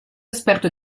esperto